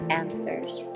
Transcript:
answers